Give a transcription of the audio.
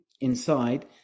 inside